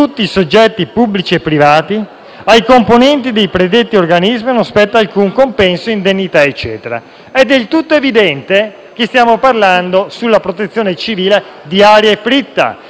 ai componenti dei predetti organismi non spetta alcun compenso, indennità, eccetera. È del tutto evidente che in materia di protezione civile stiamo parlando di aria fritta, perché non c'è bisogno di una legge